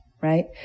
right